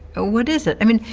ah what is it? i mean,